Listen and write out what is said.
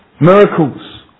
miracles